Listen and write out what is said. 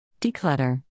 Declutter